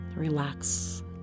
Relax